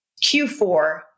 Q4